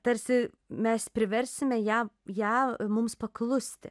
tarsi mes priversime ją ją mums paklusti